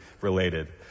related